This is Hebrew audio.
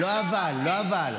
לא "אבל".